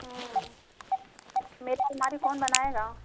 मेरा अलमारी कौन बनाएगा